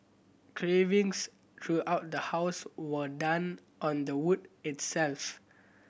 cravings throughout the house were done on the wood itself